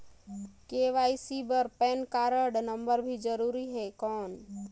KYC बर PAN card number भी जरूरी हे कौन?